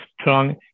strong